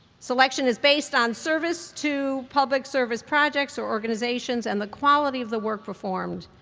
selection is based on service to public service projects or organizations and the quality of the work performed,